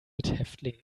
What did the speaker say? mithäftling